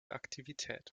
aktivität